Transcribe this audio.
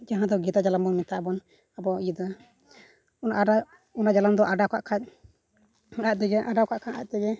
ᱡᱟᱦᱟᱸ ᱫᱚ ᱜᱮᱛᱟ ᱡᱟᱞᱟᱢ ᱵᱚᱱ ᱢᱮᱛᱟᱜ ᱟᱵᱚᱱ ᱟᱵᱚ ᱤᱭᱟᱹ ᱫᱚ ᱚᱱᱟ ᱚᱰᱟᱣ ᱚᱱᱟ ᱡᱟᱞᱟᱢ ᱫᱚ ᱚᱰᱟᱣ ᱠᱟᱜ ᱠᱷᱟᱱ ᱟᱡ ᱛᱮᱜᱮ ᱚᱰᱟᱣ ᱠᱟᱜ ᱠᱷᱟᱱ ᱟᱡ ᱛᱮᱜᱮ